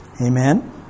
Amen